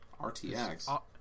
RTX